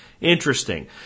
Interesting